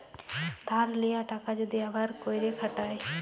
ধার লিয়া টাকা যদি আবার ক্যইরে খাটায়